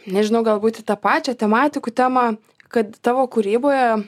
nežinau galbūt į tą pačią tematikų temą kad tavo kūryboje